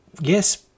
yes